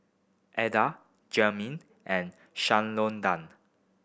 Adda Jamey and Shalonda